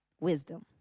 wisdom